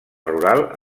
rural